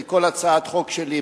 כי כל הצעת חוק שלי,